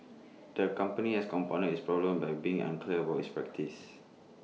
the company has compounded its problems by being unclear about its practices